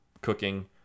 cooking